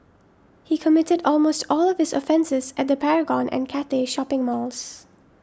he committed almost all of his offences at the Paragon and Cathay shopping malls